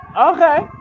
Okay